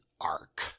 ark